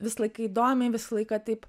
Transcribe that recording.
visą laiką įdomiai visą laiką taip